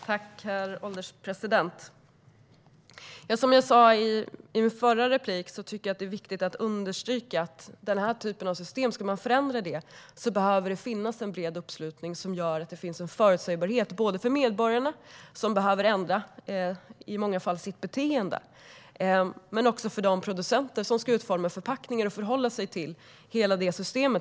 Herr ålderspresident! Som jag sa i min förra replik tycker jag att det är viktigt att understryka att det måste finnas en bred uppslutning om man ska förändra denna typ av system. En bred uppslutning gör att det finns en förutsägbarhet, både för medborgarna, som i många fall behöver ändra sitt beteende, och för de producenter som ska utforma förpackningar och förhålla sig till detta system.